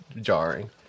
jarring